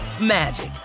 magic